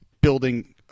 building